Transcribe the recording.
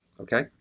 okay